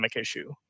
issue